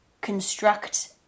construct